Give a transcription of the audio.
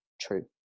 true